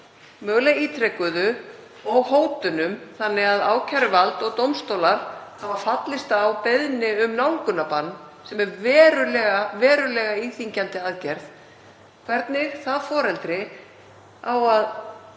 mögulega ítrekuðu, og hótunum, þannig að ákæruvald og dómstólar hafa fallist á beiðni um nálgunarbann sem er verulega íþyngjandi aðgerð, eigi að tryggja